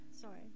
Sorry